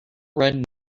red